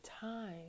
time